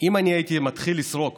אם הייתי מתחיל לסרוק